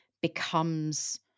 becomes